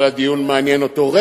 אבל הדיון מעניין אותו, מה אני?